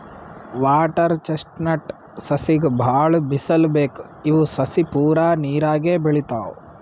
water chestnut ಸಸಿಗ್ ಭಾಳ್ ಬಿಸಲ್ ಬೇಕ್ ಇವ್ ಸಸಿ ಪೂರಾ ನೀರಾಗೆ ಬೆಳಿತಾವ್